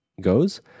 goes